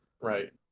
Right